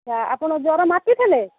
ଆଚ୍ଛା ଆପଣ ଜ୍ଵର ମାପିଥିଲେ